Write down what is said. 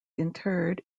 interred